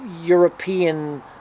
European